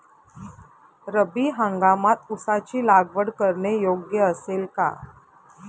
रब्बी हंगामात ऊसाची लागवड करणे योग्य असेल का?